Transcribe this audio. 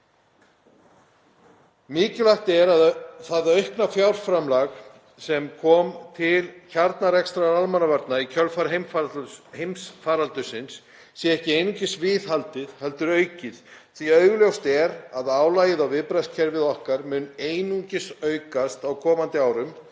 Mikilvægt er að því aukna fjárframlagi sem kom til kjarnarekstrar almannavarna í kjölfar heimsfaraldursins sé ekki einungis viðhaldið heldur aukið, því augljóst er að álagið á viðbragðskerfið okkar mun einungis aukast á komandi árum